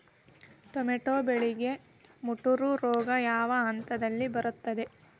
Tomato ಬೆಳೆಗೆ ಮುಟೂರು ರೋಗ ಯಾವ ಹಂತದಲ್ಲಿ ಬರುತ್ತೆ?